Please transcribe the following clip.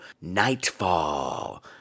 Nightfall